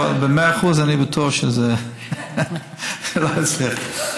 אבל במאה אחוז אני בטוח שזה לא יצליח.